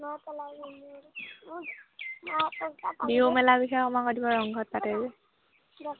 বিহু মেলা বিষয়ে আমাক কৈ দিব ৰংঘৰত পাতে যে